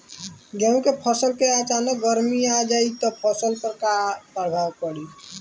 गेहुँ के फसल के समय अचानक गर्मी आ जाई त फसल पर का प्रभाव पड़ी?